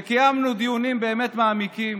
שקיימנו דיונים באמת מעמיקים